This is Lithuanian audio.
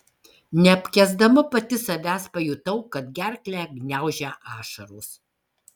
neapkęsdama pati savęs pajutau kad gerklę gniaužia ašaros